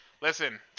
Listen